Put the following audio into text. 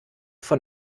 von